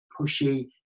pushy